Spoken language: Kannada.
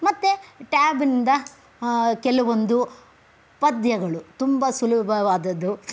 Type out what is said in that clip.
ಮತ್ತೆ ಟ್ಯಾಬಿಂದ ಕೆಲವೊಂದು ಪದ್ಯಗಳು ತುಂಬ ಸುಲಭವಾದದ್ದು